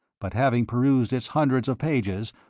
but having perused its hundreds of pages,